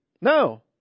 No